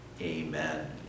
amen